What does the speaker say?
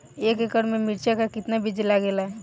एक एकड़ में मिर्चा का कितना बीज लागेला?